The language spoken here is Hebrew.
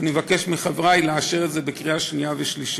ואני מבקש מחברי לאשר אותו בקריאה שנייה ושלישית.